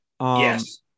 Yes